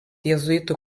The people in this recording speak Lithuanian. jėzuitų